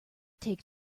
take